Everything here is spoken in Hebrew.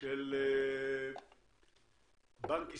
של בנק ישראל,